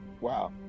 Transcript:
Wow